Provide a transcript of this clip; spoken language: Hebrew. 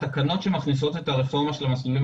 התקנות שמכניסות את הרפורמה של המסלולים